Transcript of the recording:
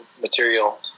material